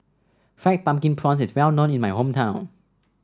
Fried Pumpkin Prawns is well known in my hometown